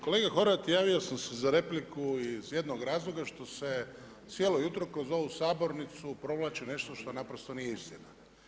Kolega Horvat, javio sam se za repliku iz jednog razloga što se cijelo jutro kroz ovu sabornicu provlači nešto što naprosto nije istina.